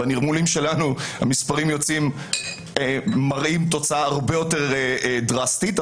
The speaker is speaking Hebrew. בנרמולים שלנו המספרים מראים תוצאה הרבה יותר דרסטית.